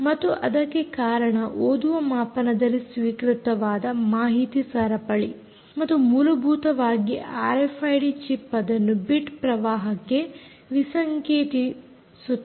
ಮತ್ತು ಇದಕ್ಕೆ ಕಾರಣ ಓದುವ ಮಾಪನದಲ್ಲಿ ಸ್ವೀಕೃತವಾದ ಮಾಹಿತಿ ಸರಪಳಿ ಮತ್ತು ಮೂಲಭೂತವಾಗಿ ಆರ್ಎಫ್ಐಡಿ ಚಿಪ್ ಅದನ್ನು ಬಿಟ್ ಪ್ರವಾಹಕ್ಕೆ ವಿಸಂಕೇತಿಸುತ್ತದೆ